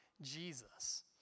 Jesus